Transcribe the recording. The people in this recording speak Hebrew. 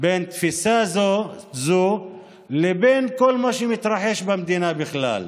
בין תפיסה זו לבין כל מה שמתרחש במדינה בכלל.